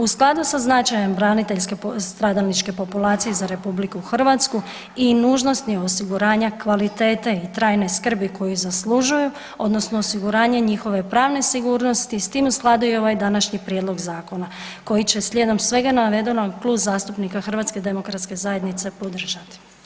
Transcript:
U skladu sa značajem braniteljske stradalničke populacije za RH i nužnosti osiguranja kvalitete i trajne skrbi koju zaslužuju odnosno osiguranje njihove pravne sigurnosti s tim u skladu je i ovaj današnji prijedlog zakona koji će slijedom svega navedenog Klub zastupnika HDZ-a podržati.